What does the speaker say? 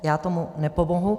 Já tomu nepomohu.